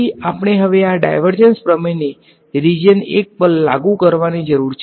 તેથી આપણે હવે આ ડાયવર્જન્સ પ્રમેયને રીજીયન 1 પર લાગુ કરવાની જરૂર છે